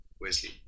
Wesley